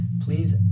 Please